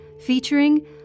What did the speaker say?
featuring